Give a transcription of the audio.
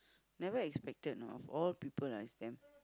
never expected know of all people is them